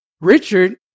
Richard